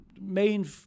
main